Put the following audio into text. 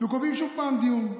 וקובעים שוב דיון,